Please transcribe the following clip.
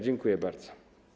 Dziękuję bardzo.